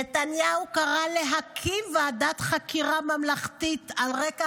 נתניהו קרא להקים ועדת חקירה ממלכתית על רקע